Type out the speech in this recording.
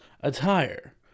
attire